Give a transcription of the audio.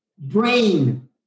Brain